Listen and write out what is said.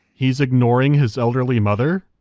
he's ignoring his elderly mother?